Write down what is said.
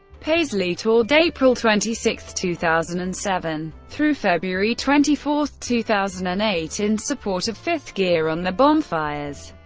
paisley toured april twenty six, two thousand and seven, through february twenty four, two thousand and eight, in support of fifth gear on the bonfires